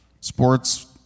Sports